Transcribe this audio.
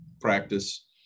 practice